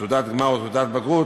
תעודת גמר או תעודת בגרות.